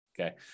Okay